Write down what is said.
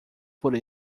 por